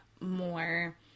more